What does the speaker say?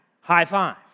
high-five